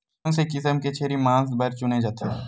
कोन से किसम के छेरी मांस बार चुने जाथे?